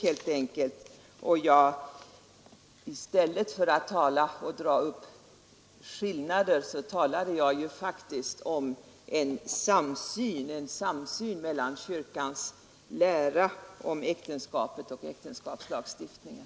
Det är ett språkbruk. I stället för att dra upp skillnader talade jag faktiskt om en samsyn mellan kyrkans lära om äktenskapet och äktenskapslagstiftningen.